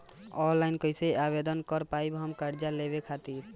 Online कइसे आवेदन कर पाएम हम कर्जा लेवे खातिर?